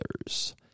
others